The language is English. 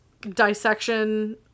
dissection